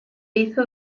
hizo